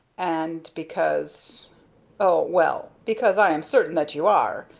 and because oh, well, because i am certain that you are.